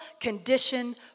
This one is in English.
condition